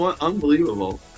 Unbelievable